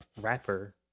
rapper